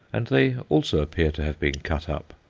and they also appear to have been cut up.